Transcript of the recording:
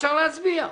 אפשר להצביע.